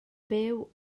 byw